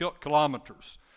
kilometers